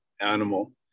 animal